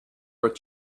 worth